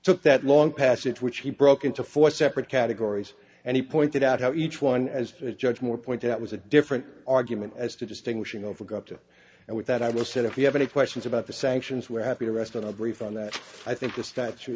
took that long passage which he broke into four separate categories and he pointed out how each one as judge moore pointed out was a different argument as to distinguishing over got to and with that i will said if you have any questions about the sanctions we're happy to rest on a brief on that i think the statu